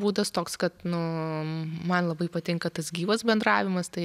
būdas toks kad nu man labai patinka tas gyvas bendravimas tai